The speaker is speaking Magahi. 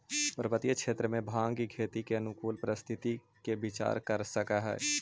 पर्वतीय क्षेत्र में भाँग के खेती के अनुकूल परिस्थिति के विचार कर सकऽ हई